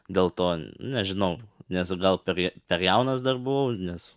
dėl to nežinau nes gal per per jaunas dar nes